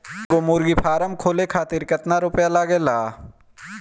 एगो मुर्गी फाम खोले खातिर केतना रुपया लागेला?